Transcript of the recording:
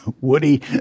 Woody